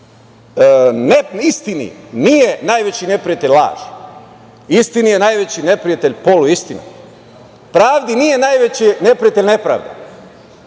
istini nije najveći neprijatelj laž, istini je najveći neprijatelj poluistina, pravdi nije najveći neprijatelj nepravda,